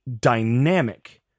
dynamic